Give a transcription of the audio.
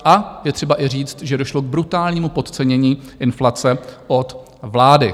A je třeba říct, že došlo k brutálnímu podcenění inflace od vlády.